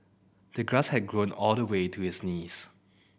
the grass had grown all the way to his knees